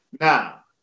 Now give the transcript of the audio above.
now